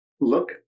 look